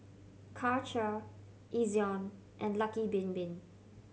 Karcher Ezion and Lucky Bin Bin